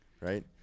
Right